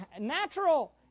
natural